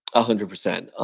ah hundred percent.